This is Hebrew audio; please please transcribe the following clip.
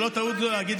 זאת לא טעות גדולה,